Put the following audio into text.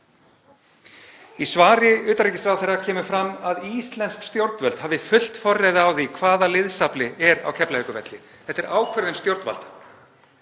Í svari utanríkisráðherra kemur fram að íslensk stjórnvöld hafi fullt forræði á því hvaða liðsafli er á Keflavíkurvelli. Þetta er ákvörðun stjórnvalda.